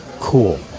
cool